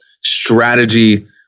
strategy